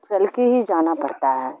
چل کے ہی جانا پڑتا ہے